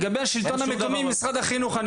לגבי השלטון המקומי ומשרד החינוך,